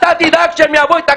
אני מבין --- שתבין,